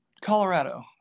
Colorado